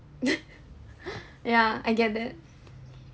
ya I get it